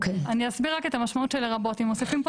אני אסביר רק את המשמעות של 'לרבות': אם מוסיפים פה